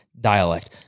dialect